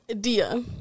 Dia